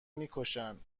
میکشن